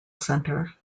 center